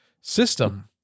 system